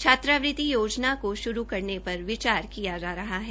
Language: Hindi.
छात्रावृति योजना को शुरू करने पर विचार किया जा रहा है